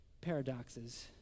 paradoxes